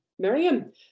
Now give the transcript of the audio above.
Miriam